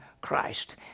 christ